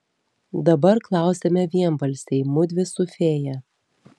dabar klausiame vienbalsiai mudvi su fėja